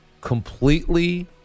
completely